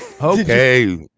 Okay